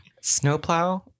Snowplow